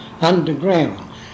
underground